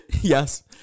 yes